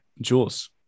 Jules